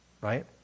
right